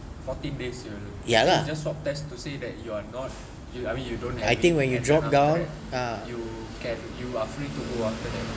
fourteen days [siol] I think you just swab test to say that you are not you I mean you don't have it then after that you are free to go after that